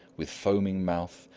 with foaming mouth,